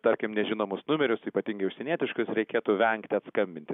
tarkim nežinomus numerius ypatingai užsienietiškus reikėtų vengti atskambinti